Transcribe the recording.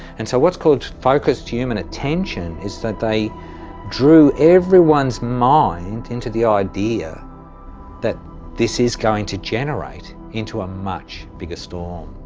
and, so, what's called focused human attention, is that they drew everyone's mind into the idea that this is going to generate into a much bigger storm.